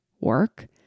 work